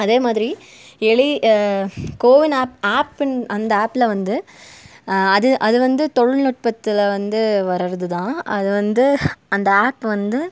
அதே மாதிரி எளி கோவின் ஆப் ஆப்பின் அந்த ஆப்பில் வந்து அது அது வந்து தொழில்நுட்பத்தில் வந்து வர்றது தான் அது வந்து அந்த ஆப் வந்து